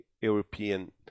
European